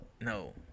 no